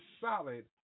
solid